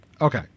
Okay